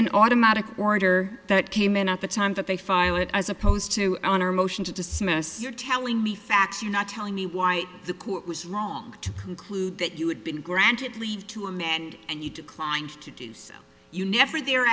an automatic order that came in at the time that they filed it as opposed to on our motion to dismiss you're telling me facts you're not telling me why the court was wrong to conclude that you had been granted leave to amend and you declined to do so you never there